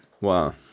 Wow